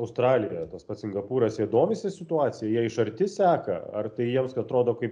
australija tas pats singapūras jie domisi situacija jie iš arti seka ar tai jiems atrodo kaip